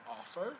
offer